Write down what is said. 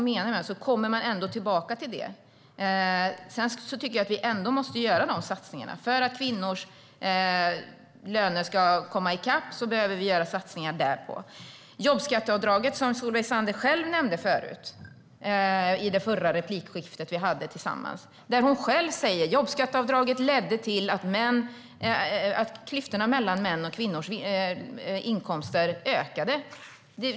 Man kommer tillbaka till det. Vi måste ändå göra satsningar för att kvinnors löner ska komma i kapp. Solveig Zander nämnde själv jobbskatteavdraget i det förra replikskiftet vi hade tillsammans. Hon säger själv att jobbskatteavdraget ledde till att klyftorna mellan mäns och kvinnors inkomster ökade.